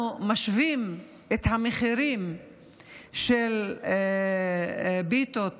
כשאנחנו משווים את המחירים של פיתות